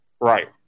Right